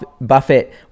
Buffett